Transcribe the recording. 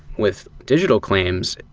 with digital claims,